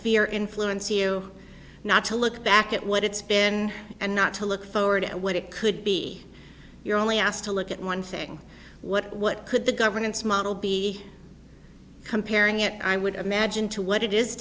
fear influence you not to look back at what it's been and not to look forward to what it could be your only asked to look at one thing what what could the governance model be comparing it i would imagine to what it is